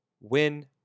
win